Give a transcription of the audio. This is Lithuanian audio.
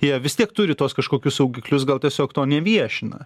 jie vis tiek turi tuos kažkokius saugiklius gal tiesiog to neviešina